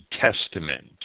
Testament